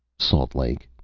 salt lake.